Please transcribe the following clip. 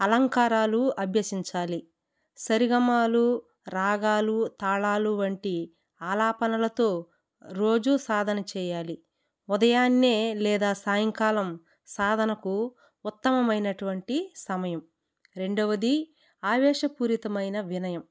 అలంకారాలు అభ్యసించాలి సరిగమలు రాగాలు తాళాలు వంటి ఆలాపనలతో రోజు సాధన చేయాలి ఉదయాన్నే లేదా సాయంకాలం సాధనకు ఉత్తమమైనటువంటి సమయం రెండవది ఆవేేశపూరితమైన వినయం